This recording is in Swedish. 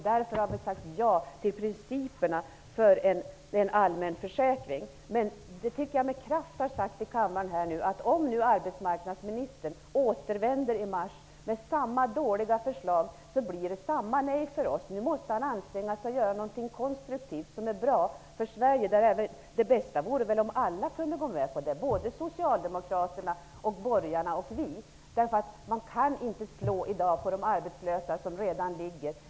Därför har vi sagt ja till principerna för en allmän försäkring. Det har nu med kraft sagts här i kammaren att om arbetsmarknadsministern i mars återvänder med samma dåliga förslag, blir det samma nej från oss. Nu måste han anstränga sig och göra något konstruktivt som är bra för Sverige. Det bästa vore om alla kunde gå med på detta; Socialdemokraterna, borgarna och vi. Man kan inte i dag slå på de arbetslösa som redan ligger.